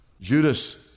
Judas